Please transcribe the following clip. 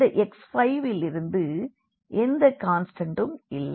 இந்த x5 இல் இருந்து எந்த கான்ஸ்டண்டும் இல்லை